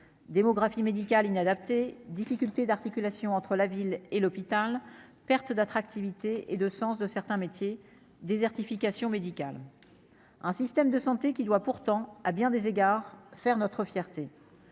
démographie médicale inadapté, difficultés d'articulation entre la ville et l'hôpital, perte d'attractivité et de sens de certains métiers, désertification médicale, un système de santé qui doit pourtant à bien des égards, faire notre fierté,